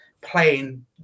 playing